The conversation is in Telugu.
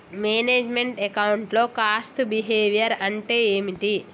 మేనేజ్ మెంట్ అకౌంట్ లో కాస్ట్ బిహేవియర్ అంటే ఏమిటి?